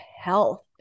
health